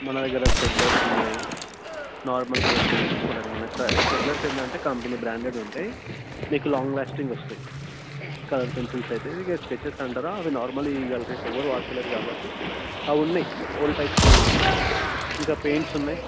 మన దగ్గర స్టెడ్లర్స్ ఉన్నాయి నార్మల్ కలర్ పెన్సిల్స్ కూడాను ఉన్నాయి షెడ్ స్టెడ్లర్స్ ఏంటంటే కంపెనీ బ్రాండెడ్ ఉంటాయి మీకు లాంగ్ లాస్టింగ్ వస్తాయి కలర్ పెన్సిల్స్ అయితే ఇంకా స్కెచెస్ అంటారా అవి నార్మల్ ఇక ఇవ్వాళ రేపు ఎవరు వాడతలేరు కాబట్టి అవున్నాయి ఓల్డ్ టైప్స్ కొన్ని ఉన్నాయి ఇంకా పెయింట్స్ ఉన్నాయి